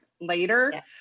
later